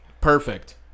Perfect